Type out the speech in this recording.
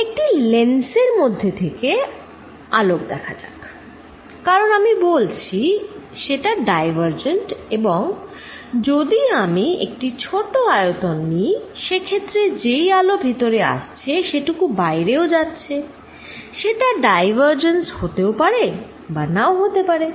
একটি লেন্সের মধ্যে থেকে আলোক দেখা যাক কারণ আমি বলছি সেটা ডাইভারজেন্ট এবং যদি আমি একটি ছোট আয়তন নিই সেক্ষেত্রে যেই আলো ভেতরে আসছে সেটুকু বাইরেও যাচ্ছে সেটা ডাইভারজেন্স হতেও পারে বা নাও হতে পারে